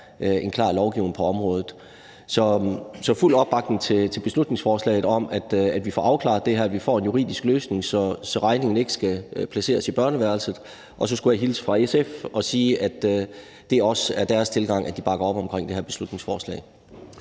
en klar lovgivning på området. Så vi giver fuld opbakning til beslutningsforslaget om, at vi får afklaret det her, og at vi får en juridisk løsning, så regningen ikke skal placeres i børneværelset. Og så skulle jeg hilse fra SF og sige, at det også er deres tilgang, altså at de bakker op omkring det her beslutningsforslag.